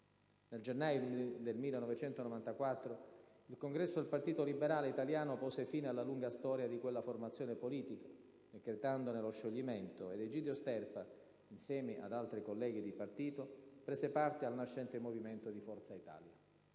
Nel gennaio del 1994 il congresso del Partito Liberale Italiano pose fine alla lunga storia di quella formazione politica, decretandone lo scioglimento, ed Egidio Sterpa, insieme ad altri colleghi di partito, prese parte al nascente movimento dì Forza Italia.